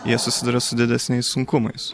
jie susiduria su didesniais sunkumais